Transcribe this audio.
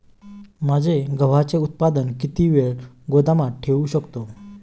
माझे गव्हाचे उत्पादन किती वेळ गोदामात ठेवू शकतो?